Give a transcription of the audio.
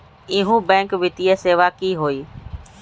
इहु बैंक वित्तीय सेवा की होई?